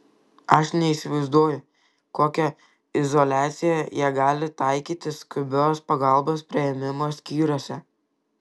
aš neįsivaizduoju kokią izoliaciją jie gali taikyti skubios pagalbos priėmimo skyriuose